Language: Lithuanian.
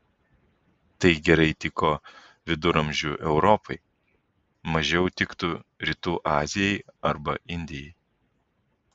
tai gerai tiko viduramžių europai mažiau tiktų rytų azijai arba indijai